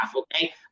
okay